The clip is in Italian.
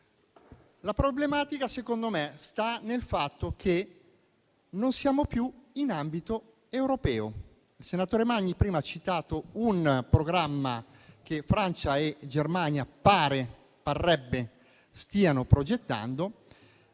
La problematica, secondo me, sta nel fatto che non siamo più in ambito europeo. Il senatore Magni prima ha citato un programma che Francia e Germania parrebbe stiano progettando